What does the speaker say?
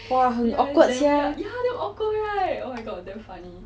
!wah! 很 awkward sia